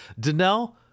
Danelle